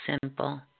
simple